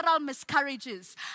miscarriages